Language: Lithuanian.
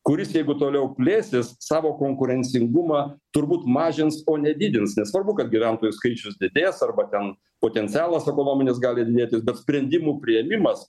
kuris jeigu toliau plėsis savo konkurencingumą turbūt mažins o ne didins nesvarbu kad gyventojų skaičius didės arba ten potencialas ekonominis gali didėtis bet sprendimų priėmimas